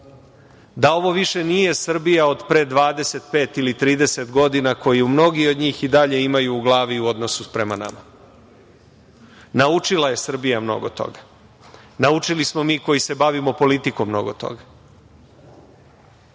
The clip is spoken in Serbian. da ovo više nije Srbija od pre 25 ili 30 godina koju mnogi od njih i dalje imaju u glavi u odnosu prema nama. Naučila je Srbija mnogo toga. Naučili smo mi koji se bavimo politikom mnogo toga.A